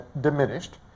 diminished